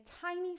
tiny